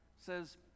says